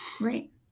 Right